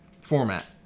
format